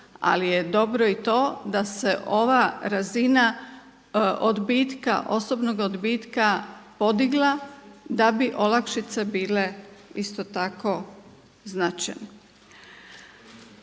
ali je dobro i to da se ova razina odbitka, osobnog odbitka podigla da bi olakšice bile isto tako značajne.